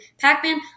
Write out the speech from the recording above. Pac-Man